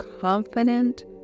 confident